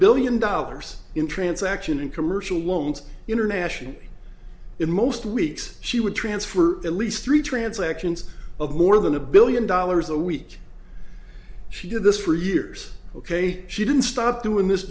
billion dollars in transaction in commercial loans international in most weeks she would transfer at least three transactions of more than a billion dollars a week she did this for years ok she didn't stop doing this